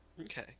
okay